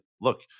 look